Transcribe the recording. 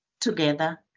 together